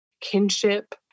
kinship